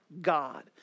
God